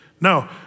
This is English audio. No